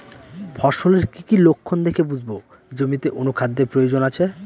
ফসলের কি কি লক্ষণ দেখে বুঝব জমিতে অনুখাদ্যের প্রয়োজন আছে?